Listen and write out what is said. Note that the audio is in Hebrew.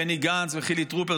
בני גנץ וחילי טרופר.